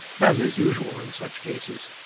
as is usual in such cases.